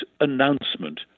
announcement